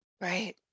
Right